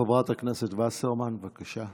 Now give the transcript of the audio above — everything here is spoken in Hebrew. חברת הכנסת וסרמן, בבקשה.